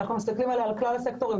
אלא מסתכלים על שאר הסקטורים.